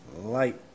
light